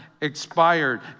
expired